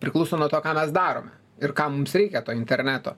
priklauso nuo to ką mes darome ir kam mums reikia to interneto